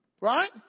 Right